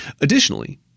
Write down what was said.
Additionally